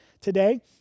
today